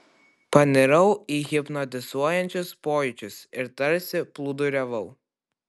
panirau į hipnotizuojančius pojūčius ir tarsi plūduriavau